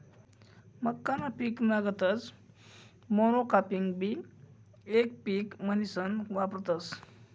मक्काना पिकना गतच मोनोकापिंगबी येक पिक म्हनीसन वापरतस